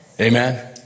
amen